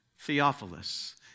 Theophilus